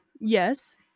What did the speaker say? Yes